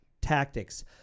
tactics